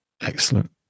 Excellent